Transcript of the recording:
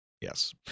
Yes